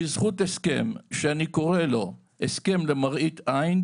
בזכות הסכם שאני קורא לו הסכם למראית עין,